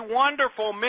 wonderful